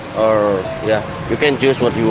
or yeah you can choose what you